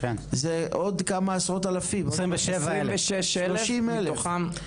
זה עוד 30,000 אלף,